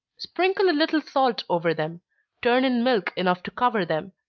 sprinkle a little salt over them turn in milk enough to cover them.